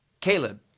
Caleb